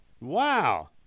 Wow